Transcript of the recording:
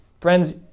Friends